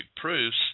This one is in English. proofs